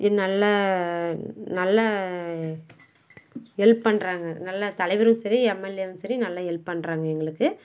நல்லா நல்லா ஹெல்ப் பண்ணுறாங்க நல்லா தலைவரும் சரி எம்எல்ஏவும் சரி நல்லா ஹெல்ப் பண்ணுறாங்க எங்களுக்கு